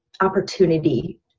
opportunity